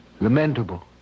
Lamentable